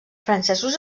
francesos